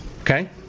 Okay